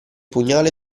pugnale